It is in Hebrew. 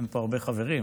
אין פה הרבה חברים,